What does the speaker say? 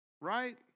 right